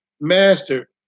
Master